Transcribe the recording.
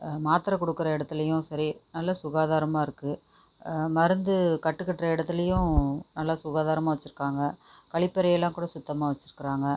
மாத்திரை கொடுக்குற இடத்துலேயும் சரி நல்லா சுகாதாரமாக இருக்குது மருந்து கட்டு கட்டுற இடத்துலேயும் நல்லா சுகாதாரமாக வச்சுருக்காங்க கழிப்பறையெல்லாம் கூட சுத்தமாக வச்சுருக்குறாங்க